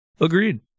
Agreed